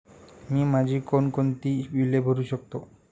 मी माझी कोणकोणती बिले भरू शकतो?